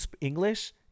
English